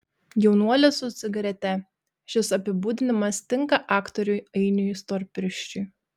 jaunuolis su cigarete šis apibūdinimas tinka aktoriui ainiui storpirščiui